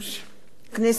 תודה רבה, כנסת נכבדה,